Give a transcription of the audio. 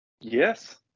Yes